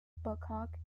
babcock